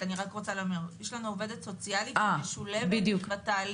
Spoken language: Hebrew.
אני רק רוצה לומר שיש לנו עובדת סוציאלית משולבת בתהליך.